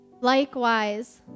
Likewise